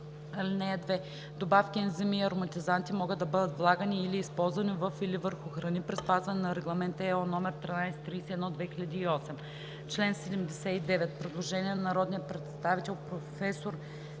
(2) Добавки, ензими и ароматизанти могат да бъдат влагани или използвани във или върху храни при спазване на Регламент (ЕО) № 1331/2008.“ По чл. 79 има предложение на народния представител професор